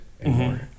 anymore